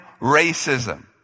racism